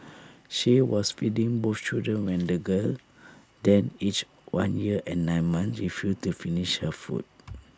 she was feeding both children when the girl then aged one year and nine months refused to finish her food